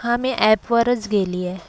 हां मी ॲपवरच गेले आहे